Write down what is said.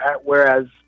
whereas